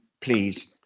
please